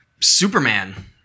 Superman